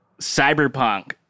Cyberpunk